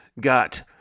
got